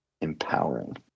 empowering